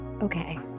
Okay